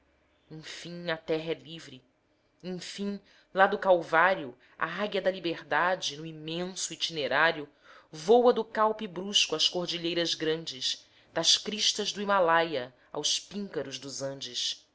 enfim a terra é livre enfim lá do calvário a águia da liberdade no imenso itinerário voa do calpe brusco às cordilheiras grandes das cristas do himalaia aos píncaros dos andes